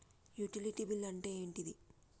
Utility bill అంటే ఏంటిది?